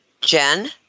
Jen